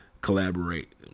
collaborate